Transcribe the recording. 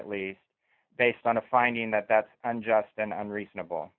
at least based on a finding that that's just an unreasonable